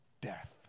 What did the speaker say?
death